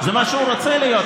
זה מה שהוא רוצה להיות,